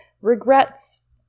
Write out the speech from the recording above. Regrets